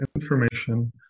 information